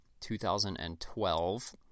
2012